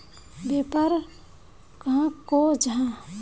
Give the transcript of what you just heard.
व्यापार कहाक को जाहा?